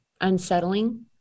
unsettling